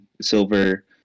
Silver